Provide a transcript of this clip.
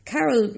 Carol